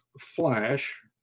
flash